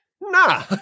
Nah